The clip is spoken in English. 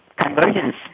convergence